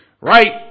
Right